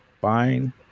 Fine